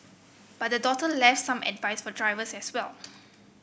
but the daughter left some advice for drivers as well